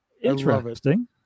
interesting